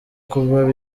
kuba